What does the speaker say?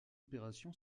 opération